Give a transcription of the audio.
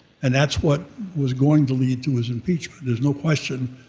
and that's what was going to lead to his impeachment. there's no question,